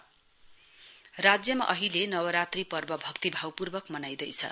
festival राज्यमा अहिले नवरात्री पर्व भक्तिभावपूर्वक मनाइँदैछ